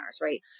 right